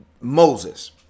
Moses